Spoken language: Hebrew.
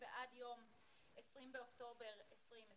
ועד יום 20 באוקטובר 2020